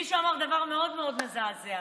מישהו אמר דבר מאוד מאוד מזעזע,